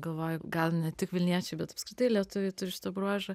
galvoju gal ne tik vilniečiai bet apskritai lietuviai turi šitą bruožą